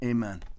Amen